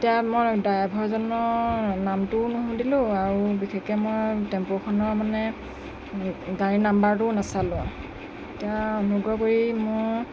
এতিয়া মই ড্ৰাইভাৰজনৰ নামটোও নুশুধিলোঁ আৰু বিশেষকৈ মই টেম্পুখনৰ মানে গাড়ী নাম্বাৰটোও নাচালোঁ এতিয়া অনুগ্ৰহ কৰি মোৰ